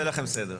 אני אעשה לכם סדר.